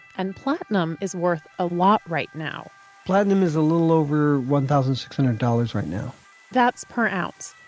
and platinum is worth a lot right now platinum is a little over one thousand six hundred dollars right now that's per ounce.